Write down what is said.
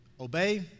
Obey